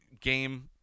game